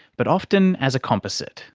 but often as a composite.